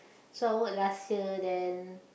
so I work last year then